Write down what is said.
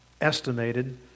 estimated